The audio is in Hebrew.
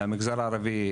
המגזר הערבי,